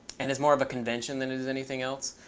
and it's more of a convention than it is anything else.